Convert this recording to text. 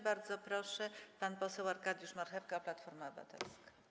Bardzo proszę, pan poseł Arkadiusz Marchewka, Platforma Obywatelska.